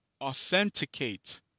authenticate